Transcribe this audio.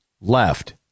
left